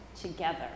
together